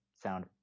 sound